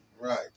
Right